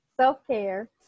self-care